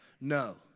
No